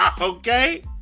Okay